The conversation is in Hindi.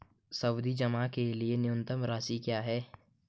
सावधि जमा के लिए न्यूनतम राशि क्या है?